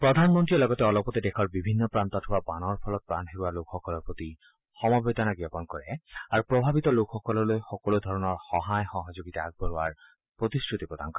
প্ৰধানমন্তীয়ে লগতে অলপতে দেশৰ বিভিন্ন প্ৰান্তত হোৱা বানৰ ফলত প্ৰাণ হেৰুওৱা লোকসকলৰ প্ৰতি সমবেদনা জ্ঞাপন কৰে আৰু প্ৰভাৱিত লোকসকললৈ সকলোধৰণৰ সহায় সহযোগিতা আগবঢোৱাৰ প্ৰতিশ্ৰুতি প্ৰদান কৰে